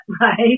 right